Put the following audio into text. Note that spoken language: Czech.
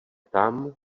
tam